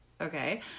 okay